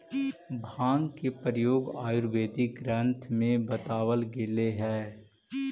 भाँग के प्रयोग आयुर्वेदिक ग्रन्थ में बतावल गेलेऽ हई